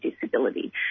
disability